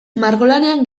margolanean